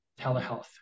telehealth